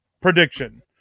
prediction